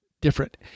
different